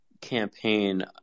campaign